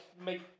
make